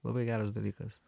labai geras dalykas